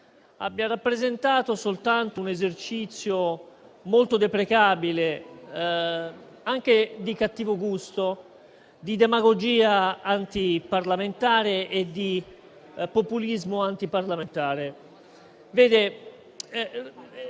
abbia rappresentato soltanto un esercizio molto deprecabile, anche di cattivo gusto, di demagogia e di populismo antiparlamentare.